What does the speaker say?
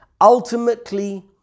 Ultimately